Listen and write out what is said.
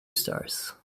stars